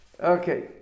okay